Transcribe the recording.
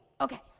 Okay